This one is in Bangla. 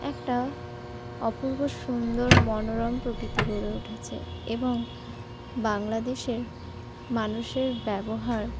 একটা অপূর্ব সুন্দর মনোরম প্রকৃতি গড়ে উঠেছে এবং বাংলাদেশের মানুষের ব্যবহার